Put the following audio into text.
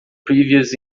previous